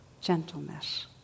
gentleness